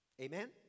Amen